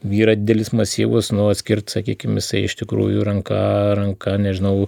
yra didelis masyvus nu atskirt sakykim jisai iš tikrųjų ranka ranka nežinau